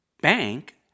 bank